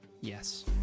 Yes